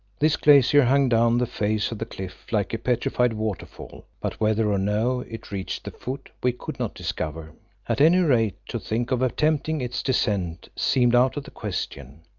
this glacier hung down the face of the cliff like a petrified waterfall, but whether or no it reached the foot we could not discover. at any rate, to think of attempting its descent seemed out of the question.